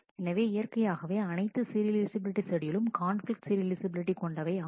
எனவே இயற்கையாகவே அனைத்து சீரியலைஃசபிலிட்டி ஷெட்யூலும் கான்பிலிக்ட் சீரியலைஃசபிலிட்டி கொண்டவை ஆகும்